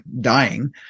dying